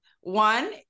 one